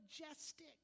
majestic